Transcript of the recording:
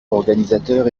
organisateur